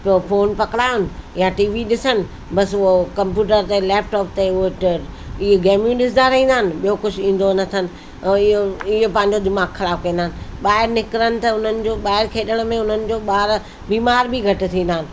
पियो फोन पकिड़ायोनि या टी वी ॾिसनि बसि उहो कंपयूटर ते लैपटॉप ते उहो ट इहे गेमूं ॾिसंदा रहंदा आहिनि ॿियो कुझु ईंदो नथनि ऐं इहो इहो पंहिंजो दिमाग़ ख़राबु कंदा आहिनि ॿाहिरि निकिरनि त उन्हनि जो ॿाहिरि खेॾण में उन्हनि जो ॿार बीमार बि घटि थींदा आहिनि